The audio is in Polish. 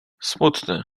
smutny